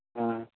ᱦᱮᱸ